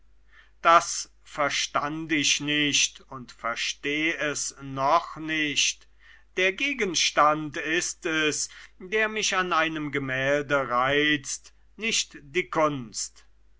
das verstand ich nicht und versteh es noch nicht der gegenstand ist es der mich an einem gemälde reizt nicht die kunst